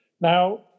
Now